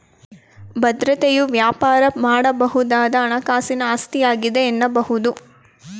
ಭದ್ರತೆಯು ವ್ಯಾಪಾರ ಮಾಡಬಹುದಾದ ಹಣಕಾಸಿನ ಆಸ್ತಿಯಾಗಿದೆ ಎನ್ನಬಹುದು